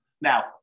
Now